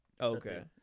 Okay